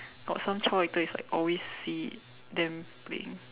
got some child actor is like always see them playing